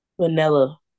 vanilla